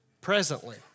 presently